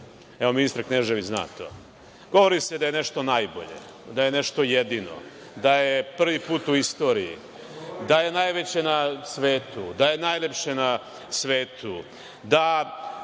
Ministar Knežević zna to. Govori se da je nešto najbolje, da je nešto jedino, da je prvi put u istoriji, da je najveće na svetu, da je najlepše na svetu, da